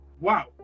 Wow